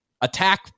attack